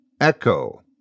Echo